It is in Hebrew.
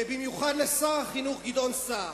ובמיוחד לשר החינוך גדעון סער,